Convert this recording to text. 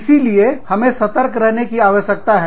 इसीलिए हमें सतर्क रहने की आवश्यकता है